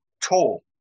tall